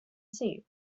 soup